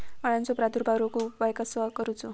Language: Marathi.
अळ्यांचो प्रादुर्भाव रोखुक उपाय कसो करूचो?